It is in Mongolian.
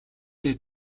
дээ